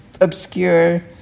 obscure